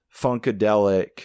Funkadelic